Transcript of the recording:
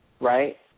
right